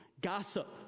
gossip